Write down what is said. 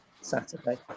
saturday